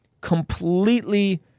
completely